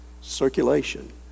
Circulation